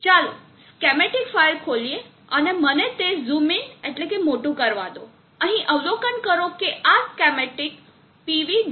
ચાલો schematic file ખોલીએ અને મને તે ઝૂમઇન એટલેકે મોટું કરવા દો અહીં અવલોકન કરો કે આ સ્કેમેટીક pv